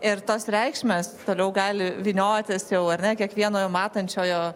ir tos reikšmės toliau gali vyniotis jau ar ne kiekvieno jau matančiojo